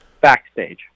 backstage